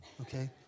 okay